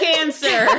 Cancer